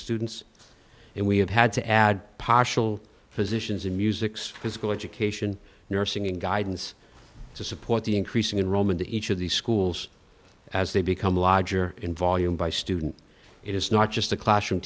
students and we have had to add partial positions in music's physical education nursing and guidance to support the increase in rome and each of these schools as they become larger in volume by students it is not just the classroom